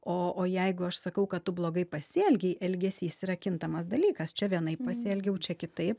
o o jeigu aš sakau kad tu blogai pasielgei elgesys yra kintamas dalykas čia vienaip pasielgiau čia kitaip